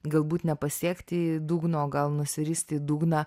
galbūt nepasiekti dugno gal nusirist į dugną